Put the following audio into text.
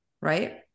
right